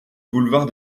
boulevard